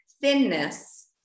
thinness